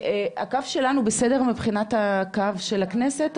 הקו שלנו בסדר, מבחינת הקו של הכנסת?